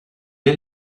est